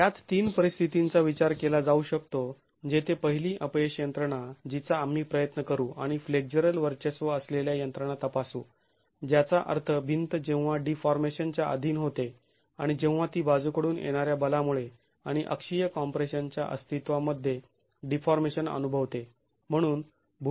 त्याच तीन परिस्थितींचा विचार केला जाऊ शकतो जेथे पहिली अपयश यंत्रणा जिचा आम्ही प्रयत्न करू आणि फ्लेक्झरल वर्चस्व असलेल्या यंत्रणा तपासू ज्याचा अर्थ भिंत जेव्हा डीफॉर्मेशन च्या अधीन होते आणि जेव्हा ती बाजूकडून येणाऱ्या बलामुळे आणि अक्षीय कॉम्प्रेशन च्या अस्तित्वा मध्ये डीफॉर्मेशन अनुभवते